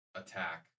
attack